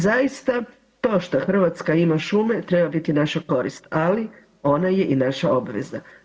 Zaista to što Hrvatska ima šume treba biti naša korist, ali ona je i naša obveza.